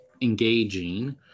engaging